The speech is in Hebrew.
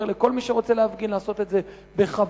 לכל מי שרוצה להפגין לעשות את זה בכבוד,